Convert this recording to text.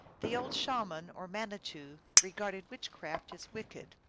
the old shaman or manitou regarded witchcraft as wicked.